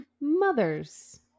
mothers